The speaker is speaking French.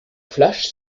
flash